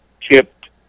chipped